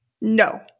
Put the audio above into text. no